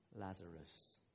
Lazarus